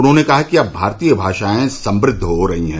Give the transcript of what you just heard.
उन्होंने कहा कि अब भारतीय भाषाएं और समृद्ध हो रही हैं